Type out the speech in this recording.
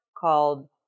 called